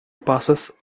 passes